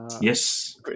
Yes